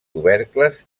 tubercles